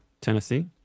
Tennessee